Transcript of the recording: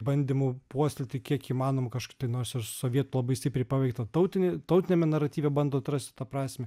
bandymų puoselėti kiek įmanoma kažkokį tai nors ir sovietų labai stipriai paveiktą tautinį tautiniame naratyve bando atrasti tą prasmę